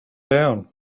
down